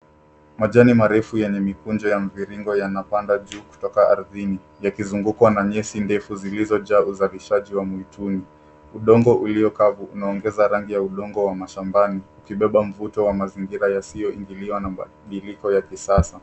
Majani marefu yenye mikunjo ya mviringo yanapanda juu kutoka ardhini yakizungukwa na nyasi ndefu zilizojaa uzalishaji wa mwituni. Udongo uliokavu unaongeza rangi ya udongo wa mashambani ukibeba mvuto wa mazingira yasiyoingiliwa na mabadiliko ya kisasa.